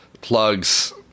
plugs